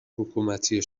حکومتی